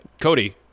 Cody